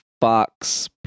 Fox